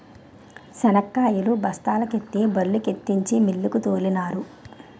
శనక్కాయలు బస్తాల కెత్తి బల్లుకెత్తించి మిల్లుకు తోలినారు